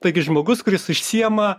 taigi žmogus kuris užsiima